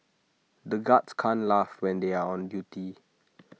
the guards can't laugh when they are on duty